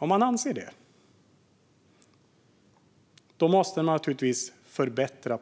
Om statsrådet anser det måste politiken givetvis förbättras